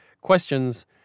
questions